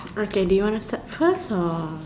okay do you want to start first or